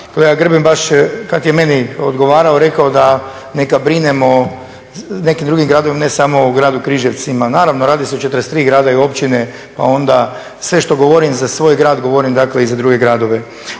Grbin kad je meni odgovarao rekao neka brinem o nekim drugim gradovima ne samo o gradu Križevcima. Naravno, radi se o 43 grada i općine pa onda sve što govorim za svoj grad, govorim dakle i za druge gradove.